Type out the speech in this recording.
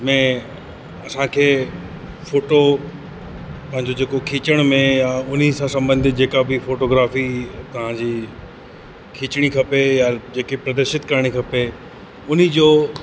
में असांखे फ़ोटो पंहिंजो जेको खिचण में या उन सां संबंधित जेका बि फ़ोटोग्राफी तव्हां जी खिचणी खपे या जेके प्रदर्शित करिणी खपे उन जो